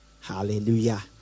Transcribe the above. Hallelujah